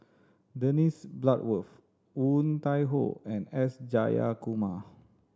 Dennis Bloodworth Woon Tai Ho and S Jayakumar